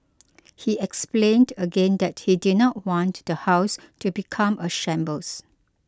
he explained again that he did not want the house to become a shambles